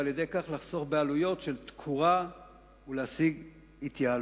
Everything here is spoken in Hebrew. וכך לחסוך בעלויות של תקורה ולהשיג התייעלות.